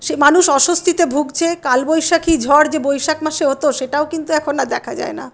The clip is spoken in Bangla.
মানুষ অস্বস্তিতে ভুগছে কালবৈশাখী ঝড় যে বৈশাখ মাসে হত সেটাও কিন্তু এখন আর দেখা যায় না